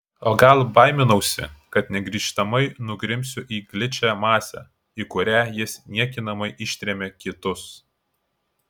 o gal baiminausi kad negrįžtamai nugrimsiu į gličią masę į kurią jis niekinamai ištrėmė kitus